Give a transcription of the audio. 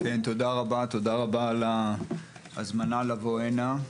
תודה רבה על ההזמנה לבוא הנה.